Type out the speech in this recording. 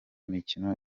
mikino